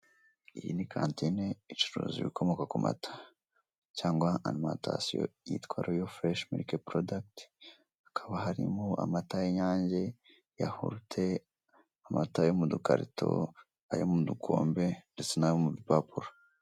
Iyi ni kantine icuruza ibikomoka ku mata cyangwa alimantasiyo yitwa royo fuleshi miliki porodagiti hakaba harimo amata y'inyange, yahurute, amata yo mu dukarito, ayo mu dukombe ndetse n'ayo mu dupapuro.